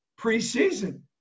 preseason